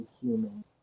human